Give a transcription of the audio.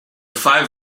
five